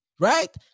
Right